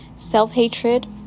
Self-hatred